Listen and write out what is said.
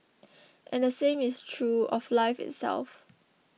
and the same is true of life itself